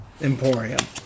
Emporium